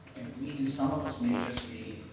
we and some of us may just be